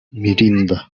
mirinda